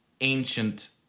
ancient